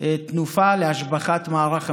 תנופה להשבחת מערך המילואים,